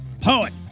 poet